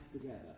together